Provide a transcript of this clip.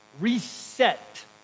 reset